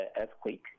earthquake